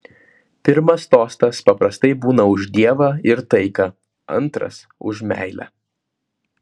pirmas tostas paprastai būna už dievą ir taiką antras už meilę